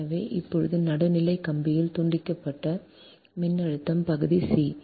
எனவே இப்போது நடுநிலை கம்பியில் தூண்டப்பட்ட மின்னழுத்தம் பகுதி சி